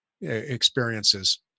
experiences